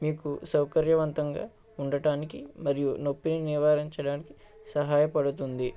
మీకు సౌకర్యవంతంగా ఉండటానికి మరియు నొప్పిని నివారించడానికి సహాయపడుతుంది